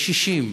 ישישים,